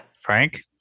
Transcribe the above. Frank